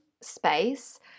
space